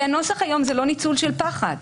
כי הנוסח היום הוא לא ניצול של פחד.